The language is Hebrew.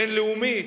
בין-לאומית,